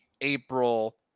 April